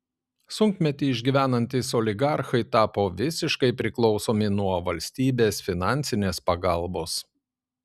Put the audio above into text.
sunkmetį išgyvenantys oligarchai tapo visiškai priklausomi nuo valstybės finansinės pagalbos